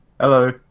Hello